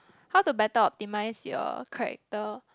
how to better optimize your character